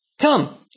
Come